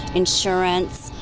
insurance.